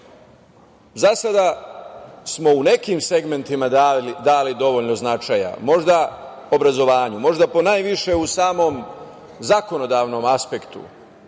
sada smo u nekim segmentima dali dovoljno značaja. Možda obrazovanju, možda najviše u samom zakonodavnom aspektu